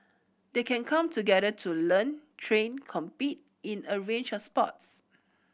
they can come together to learn train compete in a range of sports